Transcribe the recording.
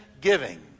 giving